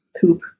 poop